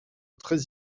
très